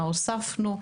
מה הוספנו.